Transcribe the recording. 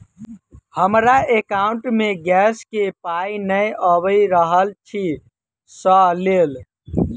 हमरा एकाउंट मे गैस केँ पाई नै आबि रहल छी सँ लेल?